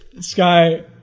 Sky